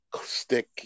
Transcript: stick